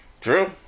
True